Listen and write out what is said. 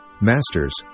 Masters